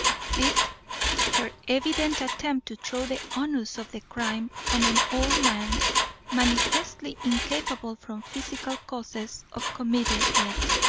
fifth her evident attempt to throw the onus of the crime on an old man manifestly incapable from physical causes of committing it.